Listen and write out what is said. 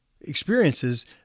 experiences